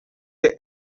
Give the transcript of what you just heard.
the